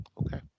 Okay